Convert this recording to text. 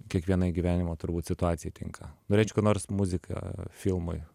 kiekvienai gyvenimo turbūt situacijai tinka norėčiau kada nors muziką filmui